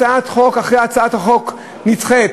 הצעת חוק אחרי הצעת חוק נדחית,